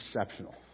exceptional